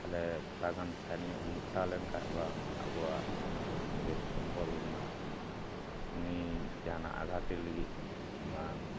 ᱛᱟᱦᱚᱞᱮ ᱛᱷᱚᱲᱟ ᱜᱟᱱ ᱥᱟᱭᱤᱴ ᱧᱚᱜ ᱵᱚᱱ ᱠᱟᱴᱟᱣ ᱞᱮᱱᱠᱷᱟᱱ ᱵᱟᱝ ᱟᱵᱚᱣᱟᱜ ᱱᱤᱡᱮᱨ ᱥᱚᱢᱵᱚᱞ ᱨᱮᱱᱟᱜ ᱩᱱᱤ ᱡᱟᱦᱟᱱᱟᱜ ᱟᱜᱷᱟᱛᱮ ᱞᱟᱹᱜᱤᱫ ᱵᱟᱝ